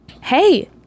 hey